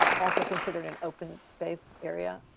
also considered an open space area,